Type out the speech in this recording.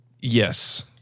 Yes